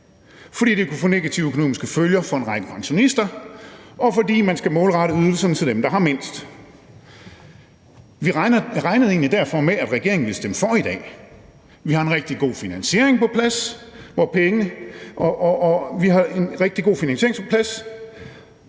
fordi det kunne få negative økonomiske følger for en række pensionister, og fordi man skal målrette ydelserne dem, der har mindst. Vi regnede egentlig derfor med, at regeringen ville stemme for i dag. Vi har en rigtig god finansiering på plads, og vi sikrer, at pensionisterne